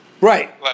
Right